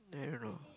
I don't know